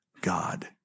God